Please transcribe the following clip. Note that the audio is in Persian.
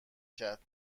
کرد